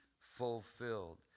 fulfilled